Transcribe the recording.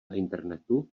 internetu